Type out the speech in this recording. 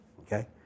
okay